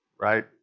right